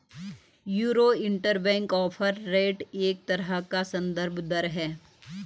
euro interbank offer rate एक तरह का सन्दर्भ दर है